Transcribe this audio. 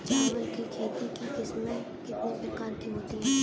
चावल की खेती की किस्में कितने प्रकार की होती हैं?